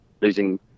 losing